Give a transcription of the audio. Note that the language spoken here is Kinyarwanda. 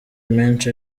menshi